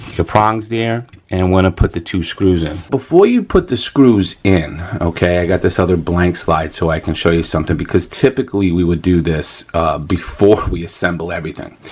prongs there and wanna put the two screws in. before you put the screws in, okay, i got this other blank slide so i can show you something because typically we would do this before we assemble everything.